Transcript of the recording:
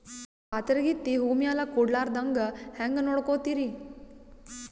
ಪಾತರಗಿತ್ತಿ ಹೂ ಮ್ಯಾಲ ಕೂಡಲಾರ್ದಂಗ ಹೇಂಗ ನೋಡಕೋತಿರಿ?